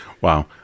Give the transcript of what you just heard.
Wow